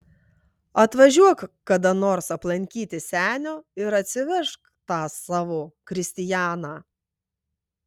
atvažiuok kada nors aplankyti senio ir atsivežk tą savo kristianą